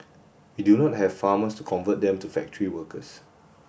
we do not have farmers to convert them to factory workers